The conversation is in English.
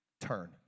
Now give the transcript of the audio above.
turn